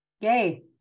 Yay